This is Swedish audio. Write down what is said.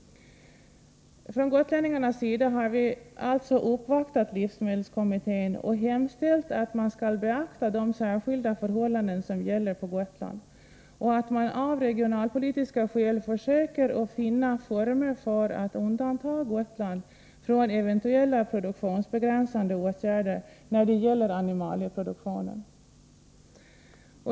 Från gotlänningarns sida har vi alltså uppvaktat livsmedelskommittén och hemställt att man skall beakta de särskilda förhållanden som gäller på Gotland och att man av regionalpolitiska skäl skall försöka att finna former för att undanta Gotland från eventuella produktionsbegränsande åtgärder när det gäller animalieproduktionen.